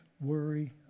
worry